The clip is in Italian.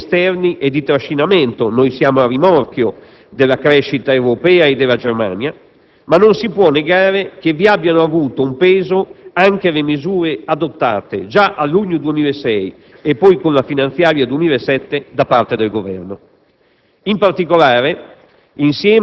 hanno agito certo anche fattori esterni e di trascinamento - noi siamo a rimorchio della crescita europea e della Germania - ma non si può negare che vi abbiano avuto un peso anche le misure adottate, già a luglio 2006 e poi con la finanziaria 2007, da parte del Governo.